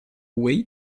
way